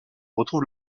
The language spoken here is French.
retrouve